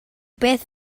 beth